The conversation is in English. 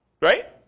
Right